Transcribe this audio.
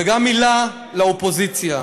וגם מילה לאופוזיציה.